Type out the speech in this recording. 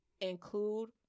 include